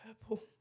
purple